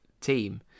team